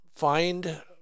find